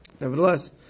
nevertheless